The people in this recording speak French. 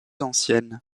anciennes